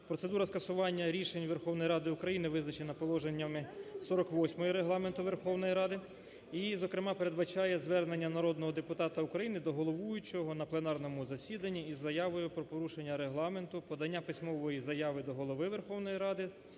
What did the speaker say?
Процедура скасування рішень Верховної Ради України визначена положеннями 48 Регламенту Верховної Ради і, зокрема, передбачає звернення народного депутата України до головуючого на пленарному засіданні із заявою про порушення Регламенту, подання письмової заяви до Голови Верховної Ради